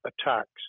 attacks